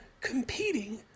competing